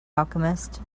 alchemist